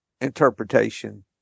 interpretation